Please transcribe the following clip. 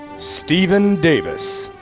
stephen davis.